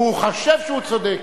הוא חושב שהוא צודק.